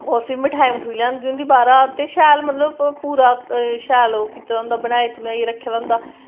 ओह् फिर मिठाई लेआई दी होंदी बाह्रा ते शैल मतलब पूरा ओह् कीते दा होंदा बनाइयै रक्खे दा होंदा